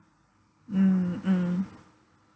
mm mm